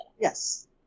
yes